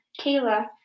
Kayla